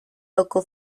local